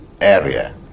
area